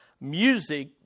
music